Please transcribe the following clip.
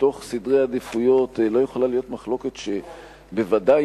שבסדרי העדיפויות לא יכולה להיות מחלוקת שבוודאי,